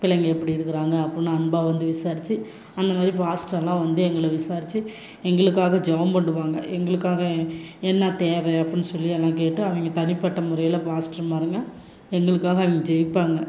பிள்ளைங்க எப்படி இருக்கிறாங்க அப்படினு அன்பாக வந்து விசாரிச்சு அந்த மாதிரி பாஸ்டர்லாம் வந்து எங்களை விசாரிச்சு எங்களுக்காக ஜெபம் பண்ணுவாங்க எங்களுக்காக என்ன தேவை அப்படினு சொல்லி எல்லாம் கேட்டு அவங்க தனிப்பட்ட முறையில பாஸ்டர் மாறுங்க எங்களுக்காக ஜெபிப்பாங்க